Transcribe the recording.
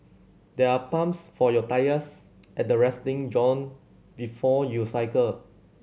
there are pumps for your tyres at the resting zone before you cycle